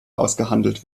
ausgehandelt